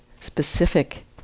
specific